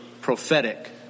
prophetic